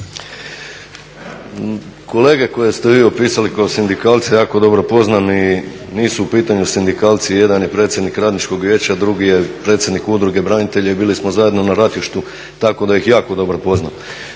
Kolege koje ste vi opisali kao sindikalce jako dobro poznam i nisu u pitanju sindikalci, jedan je predsjednik radničkog vijeća a drugi je predsjednik Udruge branitelja i bili smo zajedno na ratištu tako da ih jako dobro poznam.